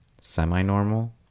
semi-normal